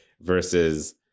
versus